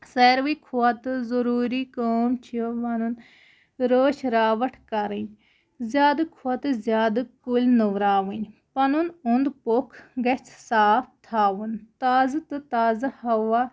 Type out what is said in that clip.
ساروٕے کھۄتہٕ ضروٗری کٲم چھِ وَنان رٲچھ راوَٹھ کَرٕنۍ زیادٕ کھۄتہٕ زیادٕ کُلۍ نٔوراوٕنۍ پَنُن اوٚنٛد پوٚکھ گژھِ صاف تھاوُن تازٕ تہٕ تازٕ ہوا